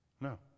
No